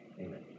Amen